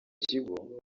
kigo